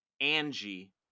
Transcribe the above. angie